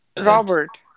Robert